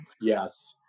Yes